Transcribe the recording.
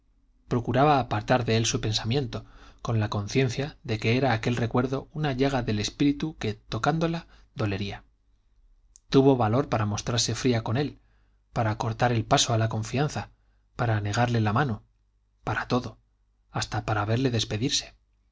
procuraba apartar de él su pensamiento con la conciencia de que era aquel recuerdo una llaga del espíritu que tocándola dolería tuvo valor para mostrarse fría con él para cortar el paso a la confianza para negarle la mano para todo hasta para verle despedirse